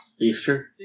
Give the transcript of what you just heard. Easter